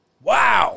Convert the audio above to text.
Wow